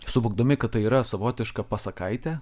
suvokdami kad tai yra savotiška pasakaitė